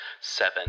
seven